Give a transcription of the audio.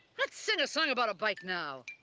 let's sing a song abut a bike now.